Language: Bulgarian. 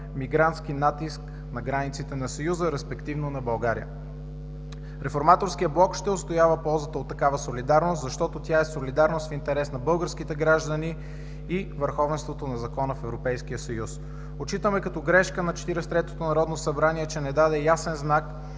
мигрантски натиск на границите на Съюза, респективно на България. Реформаторският блок ще отстоява ползата от такава солидарност, защото тя е солидарност в интерес на българските граждани и върховенството на закона в Европейския съюз. Отчитаме като грешка на 43-то народно събрание, че не даде ясен знак